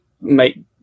make